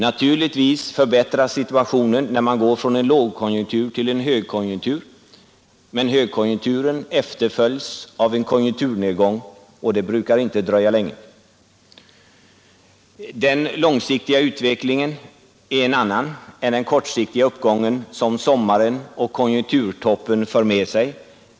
Naturligtvis förbättras situationen när man går från en lågkonjunktur till en högkonjunktur. Men högkonjunkturen efterföljs av en konjunkturnedgång, och det brukar inte dröja länge. Den långsiktiga utvecklingen är en annan än den kortsiktiga uppgång som sommaren och konjunkturtoppen för med sig.